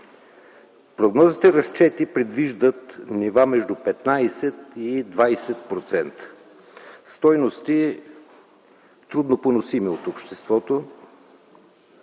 Прогнозните разчети предвиждат нива между 15 и 20% - стойности, трудно поносими от обществото,